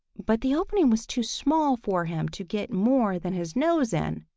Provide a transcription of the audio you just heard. but the opening was too small for him to get more than his nose in,